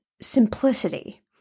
simplicity